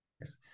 yes